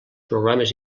programes